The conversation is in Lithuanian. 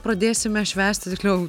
pradėsime švęsti tiksliau